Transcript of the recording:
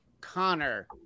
Connor